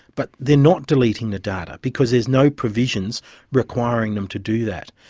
but they're not deleting the data because there's no provisions requiring them to do that.